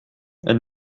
elle